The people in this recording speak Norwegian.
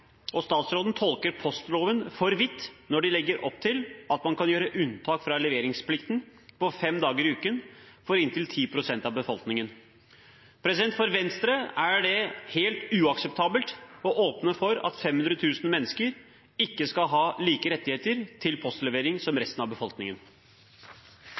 og statsråden tolker postloven for vidt når de legger opp til at man kan gjøre unntak fra leveringsplikten på fem dager i uken, for inntil 10 pst. av befolkningen. For Venstre er det helt uakseptabelt å åpne for at 500 000 mennesker ikke skal ha de samme rettigheter til postlevering som